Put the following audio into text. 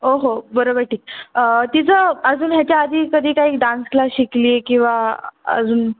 हो हो बरोबर ठीक तिचं अजून ह्याच्याआधी कधी काही डान्स क्लास शिकली आहे किंवा अजून